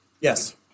Yes